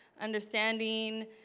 understanding